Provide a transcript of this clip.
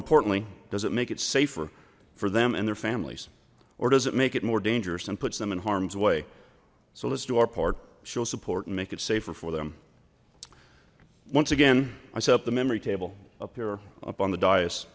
importantly does it make it safer for them and their families or does it make it more dangerous and puts them in harm's way so let's do our part show support and make it safer for them once again i set up the memory table up here up on the d